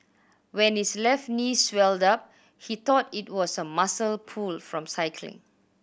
when his left knee swelled up he thought it was a muscle pull from cycling